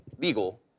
legal